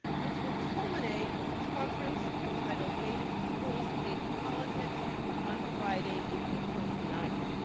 which will culminate with a conference entitled native peoples, native politics on friday, april twenty nine.